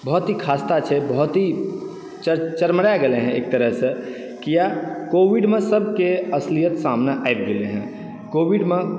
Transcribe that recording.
बहुत ही खास्ता छै बहुत ही चर चरमरा गेलै हँ एक तरहसँ किया कोविडमे सबके असलियत सामने आबि गेलै हँ कोविडमे